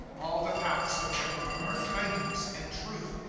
all the patba of jehovah are kindness and truth,